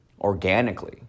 organically